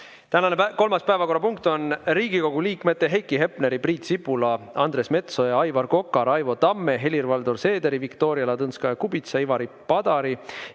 Tänane kolmas päevakorrapunkt on Riigikogu liikmete Heiki Hepneri, Priit Sibula, Andres Metsoja, Aivar Koka, Raivo Tamme, Helir-Valdor Seederi, Viktoria Ladõnskaja-Kubitsa, Ivari Padari